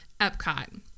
Epcot